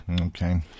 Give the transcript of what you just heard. Okay